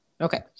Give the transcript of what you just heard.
Okay